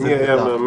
מי היה מאמין.